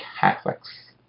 Catholics